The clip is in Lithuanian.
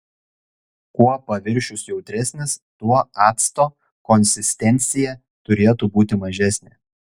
kuo paviršius jautresnis tuo acto konsistencija turėtų būti mažesnė